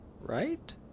Right